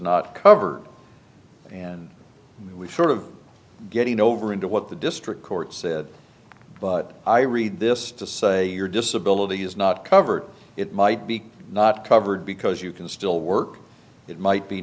not cover and we sort of getting over into what the district court said but i read this to say your disability is not covered it might be not covered because you can still work it might be